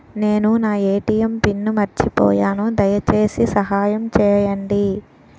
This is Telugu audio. నేను నా ఎ.టి.ఎం పిన్ను మర్చిపోయాను, దయచేసి సహాయం చేయండి